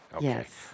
Yes